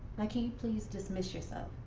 like can you please dismiss yourself?